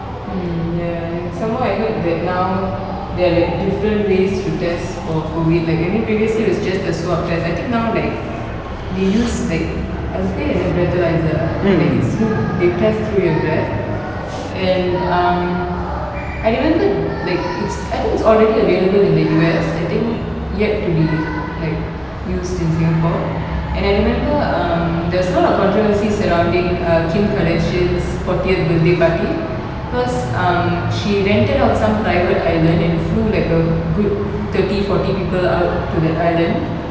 mm ya and some more I heard that like now they're like different ways to test for COVID like I mean previously it was just the swab test I think now like they use like அதுக்கு பேரு என்ன:adhuku peru enna and the breathalyzer like so they test through your breath and um I remember like it's I think it's already available in the U_S I think yet to be like used in singapore and I remember um there was a lot of controversy surrounding err kim kardashian's fortieth birthday party cause um she rented out some private island and flew like a good thirty forty people out to that island